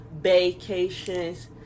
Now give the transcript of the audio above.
vacations